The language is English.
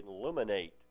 illuminate